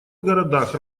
городах